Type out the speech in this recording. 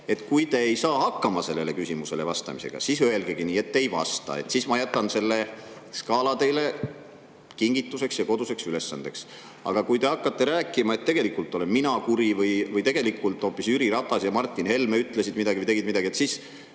ise. Kui te ei saa sellele küsimusele vastamisega hakkama, siis öelgegi, et te ei vasta. Siis ma jätan selle skaala teile kingituseks ja koduseks ülesandeks. Aga kui te hakkate rääkima, et tegelikult olen mina kuri või hoopis Jüri Ratas ja Martin Helme ütlesid midagi või tegid midagi, siis